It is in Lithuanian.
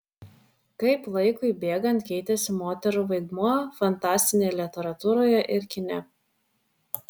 kaip laikui bėgant keitėsi moterų vaidmuo fantastinėje literatūroje ir kine